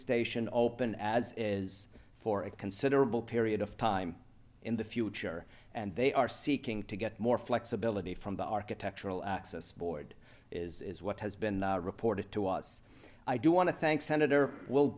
station open as is for a considerable period of time in the future and they are seeking to get more flexibility from the architectural access board is what has been reported to us i do want to thank senator will